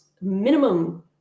minimum